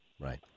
Right